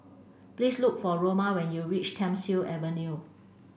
please look for Roma when you reach Thiam Siew Avenue